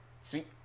sweet